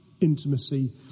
intimacy